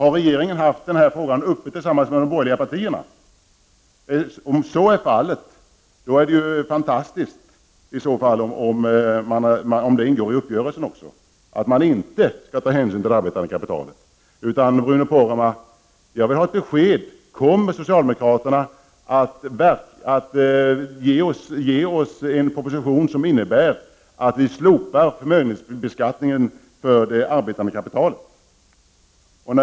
Om regeringen har diskuterat frågan med de borgerliga partiernas företrädare, då är det fantastiskt om det ingår i uppgörelsen att man inte skall ta hänsyn till det arbetande kapitalet. Jag vill få ett besked, Bruno Poromaa, huruvida socialdemokraterna kommer att lägga fram en proposition som går ut på att förmögenhetsbeskattningen på det arbetande kapitalet slopas.